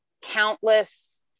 countless